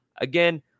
again